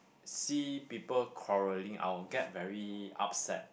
see people quarreling I will get very upset